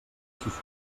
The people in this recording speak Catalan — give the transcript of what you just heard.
sos